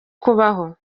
kubaho